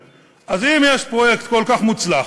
אז אם יש פרויקט כל כך מוצלח,